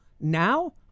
Now